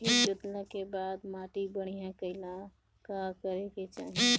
खेत जोतला के बाद माटी बढ़िया कइला ला का करे के चाही?